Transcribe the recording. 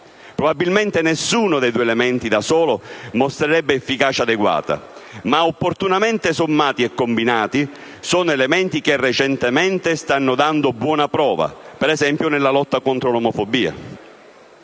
Probabilmente, nessuno dei due elementi da solo mostrerebbe efficacia adeguata ma, opportunamente sommati e combinati, sono elementi che recentemente stanno dando buona prova, per esempio nella lotta contro l'omofobia.